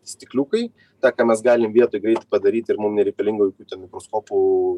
stikliukai tą ką mes galim vietoj greit padaryt ir mum nereikalinga jokių ten mikroskopų